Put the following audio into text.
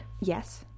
Yes